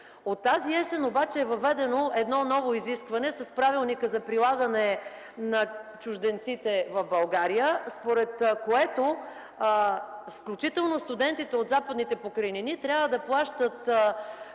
От тази есен обаче е въведено едно ново изискване с Правилника за прилагане на Закона за чужденците в Република България, според което включително студентите от Западните покрайнини трябва да внасят